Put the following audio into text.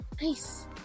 Nice